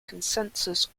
consensus